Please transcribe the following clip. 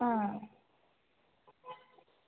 हां